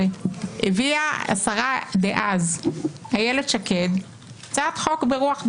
ב-2016 הביאה השרה דאז איילת שקד הצעת חוק ברוח דומה.